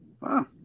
Wow